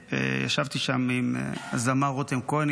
שישבתי שם עם הזמר רותם כהן,